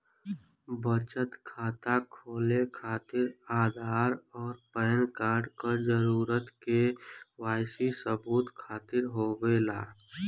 बचत खाता खोले खातिर आधार और पैनकार्ड क जरूरत के वाइ सी सबूत खातिर होवेला